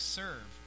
serve